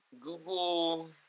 Google